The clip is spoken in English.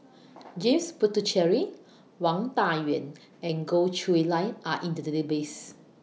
James Puthucheary Wang Dayuan and Goh Chiew Lye Are in The Database